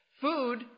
Food